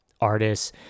artists